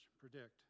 predict